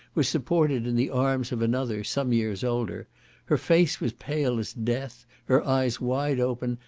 was supported in the arms of another, some years older her face was pale as death her eyes wide open,